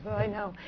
i know!